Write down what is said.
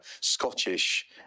Scottish